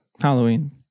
Halloween